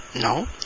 No